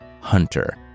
hunter